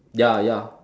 ya ya